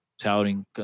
touting